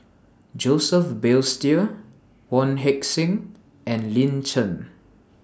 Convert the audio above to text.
Joseph Balestier Wong Heck Sing and Lin Chen